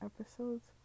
episodes